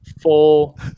full